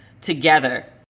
together